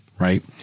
right